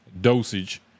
dosage